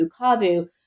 Bukavu